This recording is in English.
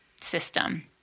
system